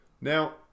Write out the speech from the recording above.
Now